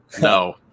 No